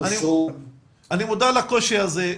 אני מודע לקושי הזה,